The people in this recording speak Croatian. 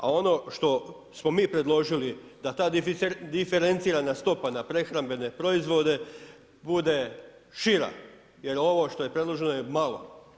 A ono što smo mi predložili da ta diferencirana stopa na prehrambene proizvode bude šira jer ovo što je predloženo je malo.